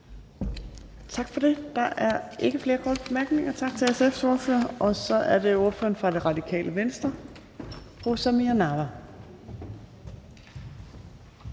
Tak for det. Der er ikke flere korte bemærkninger. Tak til SF's ordfører. Så er det ordføreren for Radikale Venstre, fru Samira